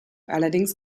allerdings